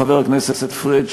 חבר הכנסת פריג',